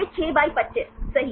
फिर 6 बाई 25 सही